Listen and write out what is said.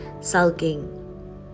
sulking